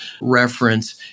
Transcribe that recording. reference